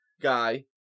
guy